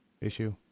Issue